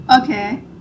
Okay